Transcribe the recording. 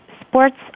sports